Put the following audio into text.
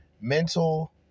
mental